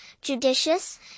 judicious